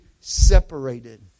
separated